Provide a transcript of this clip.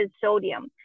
sodium